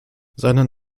seinen